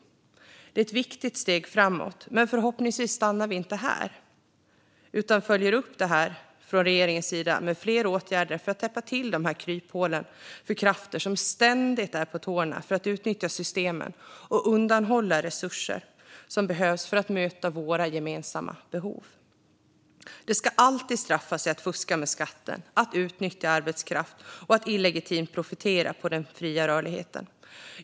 Detta är ett viktigt steg framåt, men förhoppningsvis stannar man inte här utan följer upp det från regeringens sida med fler åtgärder för att täppa till kryphålen för de krafter som ständigt är på tårna för att utnyttja systemen och undanhålla resurser som behövs för att möta våra gemensamma behov. Det ska alltid straffa sig att fuska med skatten, att utnyttja arbetskraft och att illegitimt profitera på den fria rörligheten.